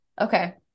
Okay